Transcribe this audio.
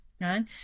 right